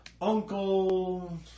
Uncle